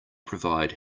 provide